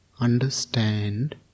Understand